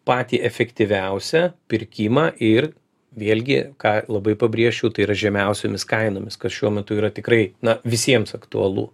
patį efektyviausią pirkimą ir vėlgi ką labai pabrėšiu tai yra žemiausiomis kainomis kas šiuo metu yra tikrai na visiems aktualu